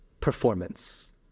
performance